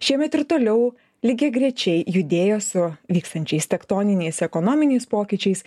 šiemet ir toliau lygiagrečiai judėjo su vykstančiais tektoniniais ekonominiais pokyčiais